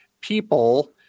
people